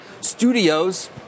studios